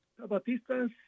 Batistas